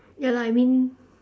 ya lah I mean